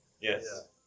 Yes